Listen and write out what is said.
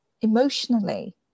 emotionally